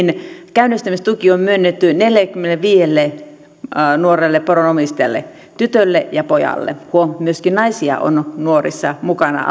käynnistämistuki on myönnetty neljällekymmenelleviidelle nuorelle poronomistajalle tytölle ja pojalle huom myöskin naisia on aloittaneissa nuorissa mukana